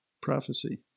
prophecy